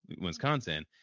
Wisconsin